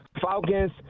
Falcons